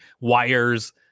wires